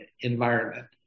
environment